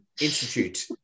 institute